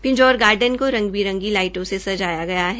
Pinjore garden को रंग बिरंगी लाईटों से सजाया गया है